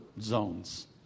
zones